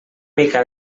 mica